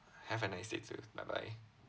have a nice day too bye bye